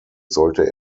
sollte